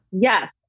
Yes